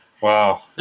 Wow